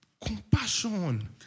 Compassion